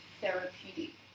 therapeutic